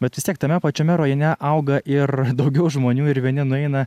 bet vis tiek tame pačiame rajone auga ir daugiau žmonių ir vieni nueina